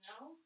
No